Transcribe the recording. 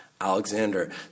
Alexander